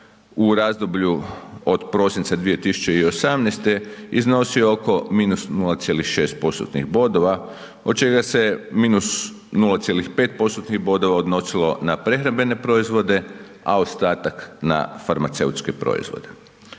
u razdoblju od prosinca 2018. iznosio oko -0,6%-tnih bodova, od čega se -0,5%-tnih bodova odnosilo na prehrambene proizvode, a ostatak na farmaceutske proizvode.